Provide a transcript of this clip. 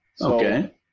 Okay